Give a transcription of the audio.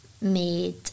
made